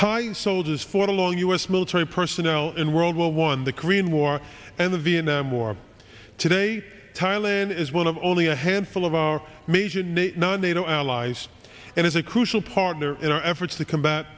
titan soldiers fought along u s military personnel in world war one the korean war and the vietnam war today thailand is one of only a handful of our major nato allies and is a crucial partner in our efforts to combat